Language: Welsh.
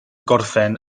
gorffen